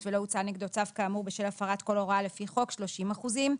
ולא הוצא נגדו צו כאמור בשל הפרת כל הוראה מהוראות החוק 30 אחוזים.